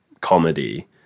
comedy